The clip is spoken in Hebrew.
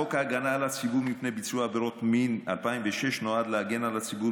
חוק ההגנה על הציבור מפני ביצוע עבירות מין מ-2006 נועד להגן על הציבור